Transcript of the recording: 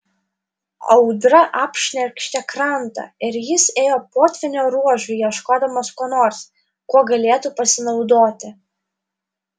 audra apšnerkštė krantą ir jis ėjo potvynio ruožu ieškodamas ko nors kuo galėtų pasinaudoti